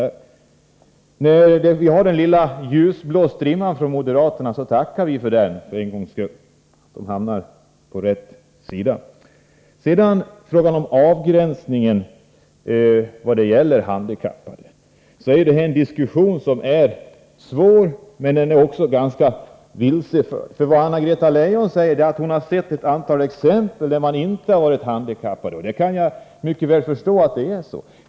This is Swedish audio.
Men när vi nu ser den lilla ljusblå strimman från moderat håll, så tackar vi för den och för att moderaterna för en gångs skull hamnat på rätt sida. När det sedan gäller avgränsningen av begreppet handikapp är detta en svår diskussion. Men som den förts här är den också vilseledande. Anna Greta Leijon säger nämligen att hon har sett ett antal exempel på att man anställt personer som inte har varit handikappade. Jag kan mycket väl tänka mig att det är så.